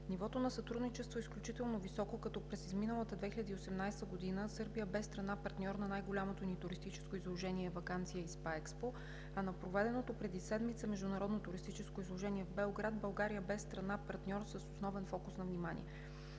Нивото на сътрудничество е изключително високо, като през изминалата 2018 г. Сърбия бе страна – партньор на най-голямото ни туристическо изложение „Ваканция и Спа Експо“, а на проведеното преди седмица международно туристическо изложение в Белград България бе страна партньор с основен фокус на внимание.